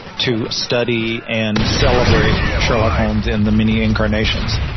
to study and celebrate sherlock holmes in the many incarnations.